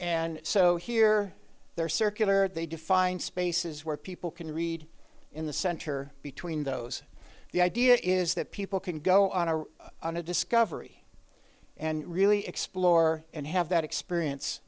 and so here they're circular they define spaces where people can read in the center between those the idea is that people can go on a on a discovery and really explore and have that experience